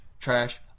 trash